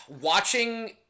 Watching